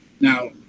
Now